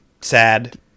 Sad